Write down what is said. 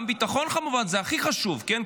גם ביטחון, כמובן, זה הכי חשוב, כן?